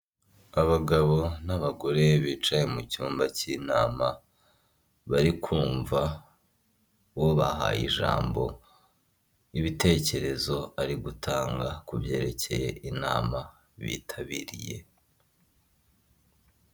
Imodoka ya pikapu yo mu bwoko bwa mahindura yitwa mahindurazi koropiyo iri mu ibara ry'ifeza imbere yayo hahagaze abagabo babiri bafite ifoto imeze nk'urufunguzo rw'imodoka yanditseho izina rya kampani izwi mu Rwanda mu birebana no kugura no kugurisha imodoka yitwa Akagera motors.